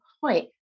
point